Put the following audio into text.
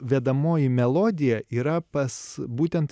vedamoji melodija yra pas būtent